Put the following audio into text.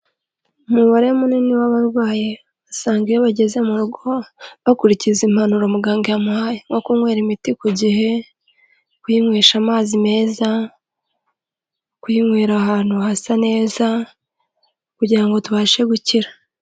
Umubare munini w'abarwayi usanga iyo bageze mu rugo bakurikiza impanuro muganga yamuhaye nko kunywera imiti ku gihe, kuyinywesha amazi meza, kuyinywera ahantu hasa neza kugira ngo tubashe gukira.